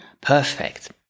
Perfect